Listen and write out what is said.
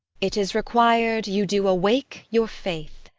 it is requir'd you do awake your faith.